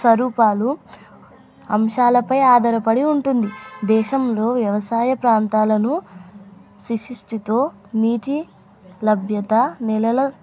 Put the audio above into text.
స్వరూపాలు అంశాలపై ఆధారపడి ఉంటుంది దేశంలో వ్యవసాయ ప్రాంతాలను సిశిష్టితో నీటి లభ్యత నెలల